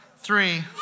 three